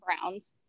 Browns